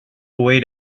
away